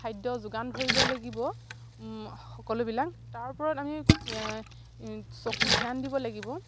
খাদ্য যোগান ধৰিব লাগিব সকলোবিলাক তাৰ ওপৰত আমি চকু ধ্যান দিব লাগিব